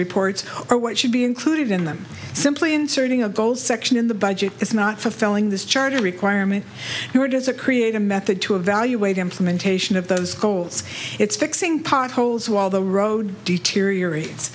reports or what should be included in them simply inserting a gold section in the budget is not fulfilling this charter requirement nor does it create a method to evaluate implementation of those goals it's fixing potholes while the road deteriorates